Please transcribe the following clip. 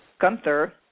Gunther